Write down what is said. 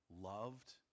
loved